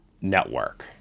Network